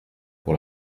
pour